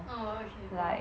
orh okay